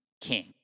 king